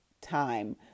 time